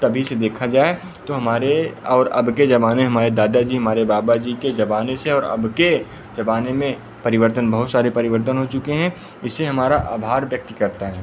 तभी से देखा जाए तो हमारे और अबके ज़माने में हमारे दादा जी हमारे बाबा जी के ज़माने से और अब के ज़माने में परिवर्तन बहुत सारे परिवर्तन हो चुके हैं इससे हमारा आभार व्यक्ति करता है